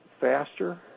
faster